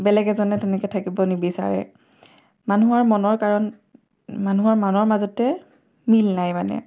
বেলেগ এজনে তেনেকৈ থাকিব নিবিচাৰে মানুহৰ মনৰ কাৰণ মানুহৰ মনৰ মাজতে মিল নাই মানে